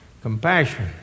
Compassion